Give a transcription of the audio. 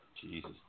Jesus